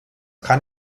kann